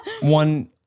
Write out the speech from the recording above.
one